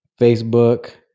Facebook